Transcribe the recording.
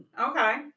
Okay